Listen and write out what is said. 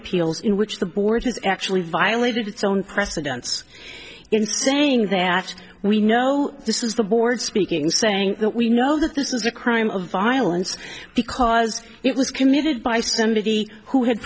appeals in which the board has actually violated its own precedents in saying that we know this is the board speaking saying we know that this is a crime of violence because it was committed by somebody who had